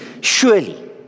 surely